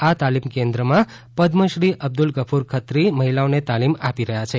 આ તાલીમ કેન્દ્રમાં પદ્મશ્રી અબ્દુલગફર ખત્રી મહિલાઓને તાલીમ આપી રહ્યા છે